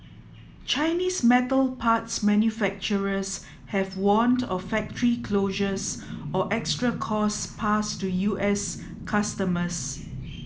Chinese metal parts manufacturers have warned of factory closures or extra costs passed to U S customers